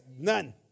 None